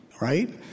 right